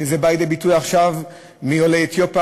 וזה בא לידי ביטוי עכשיו מעולי אתיופיה